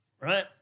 Right